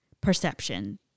perception